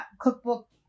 cookbook